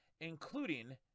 including